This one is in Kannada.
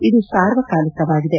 ಇದು ಸಾರ್ವಕಾಲಿಕವಾಗಿದೆ